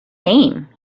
name